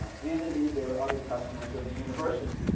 and indeed, there are other customers of the university.